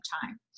time